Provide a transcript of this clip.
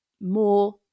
more